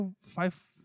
five